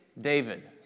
David